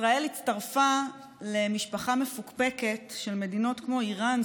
ישראל הצטרפה למשפחה מפוקפקת של מדינות כמו איראן,